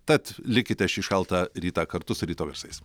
tad likite šį šaltą rytą kartu su ryto garsais